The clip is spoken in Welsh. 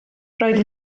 roedd